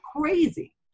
crazy